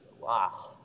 wow